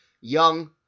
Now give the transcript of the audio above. Young